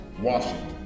Washington